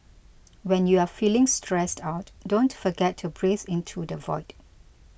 when you are feeling stressed out don't forget to breathe into the void